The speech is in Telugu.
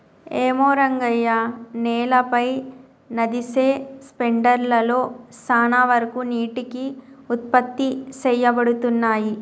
ఏమో రంగయ్య నేలపై నదిసె స్పెండర్ లలో సాన వరకు నీటికి ఉత్పత్తి సేయబడతున్నయి